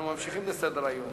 אנחנו ממשיכים בסדר-היום.